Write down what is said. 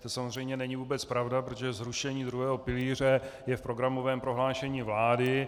To samozřejmě není vůbec pravda, protože zrušení druhého pilíře je v programovém prohlášení vlády.